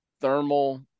thermal